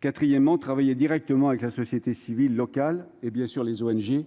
Quatrièmement, travailler directement avec la société civile locale et les ONG